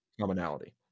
commonality